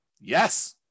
Yes